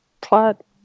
plot